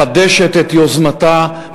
מחדשת את יוזמתה,